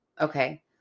Okay